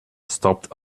stopped